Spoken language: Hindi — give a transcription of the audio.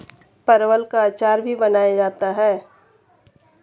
परवल का अचार भी बनाया जाता है